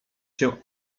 się